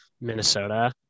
Minnesota